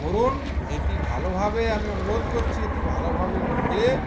করুন এটি ভালোভাবে আমি অনুরোধ করছি এটি ভালোভাবে মুড়ে